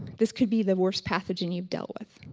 this could be the worst pathogen you deal with.